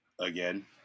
Again